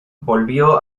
volvió